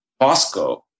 Costco